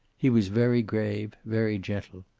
he was very grave, very gentle.